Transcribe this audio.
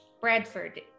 Bradford